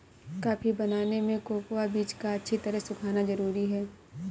coffee बनाने में cocoa बीज का अच्छी तरह सुखना जरूरी है